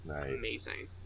Amazing